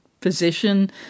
position